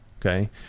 okay